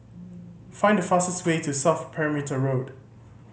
find the fastest way to South Perimeter Road